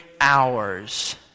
hours